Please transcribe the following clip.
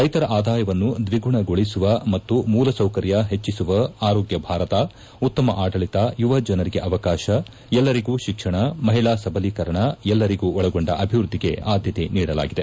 ರೈತರ ಆದಾಯವನ್ನು ದ್ವಿಗುಣಗೊಳಿಸುವ ಮತ್ತು ಮೂಲ ಸೌಕರ್ಯ ಹೆಚ್ಚಿಸುವ ಆರೋಗ್ಗ ಭಾರತ ಉತ್ತಮ ಆಡಳಿತ ಯುವಜನಿಗೆ ಆವಕಾಶ ಎಲ್ಲರಿಗೂ ಶಿಕ್ಷಣ ಮಹಿಳಾ ಸಬಲೀಕರಣ ಎಲ್ಲರಿಗೂ ಒಳಗೊಂಡ ಅಭಿವ್ದದ್ಲಿಗೆ ಆದ್ದತೆ ನೀಡಲಾಗಿದೆ